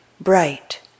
bright